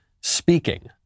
Speaking